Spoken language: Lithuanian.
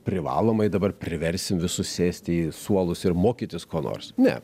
privalomai dabar priversim visus sėsti į suolus ir mokytis ko nors ne